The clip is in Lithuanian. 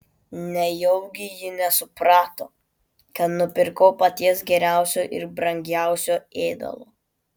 nejaugi ji nesuprato kad nupirkau paties geriausio ir brangiausio ėdalo